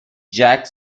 jack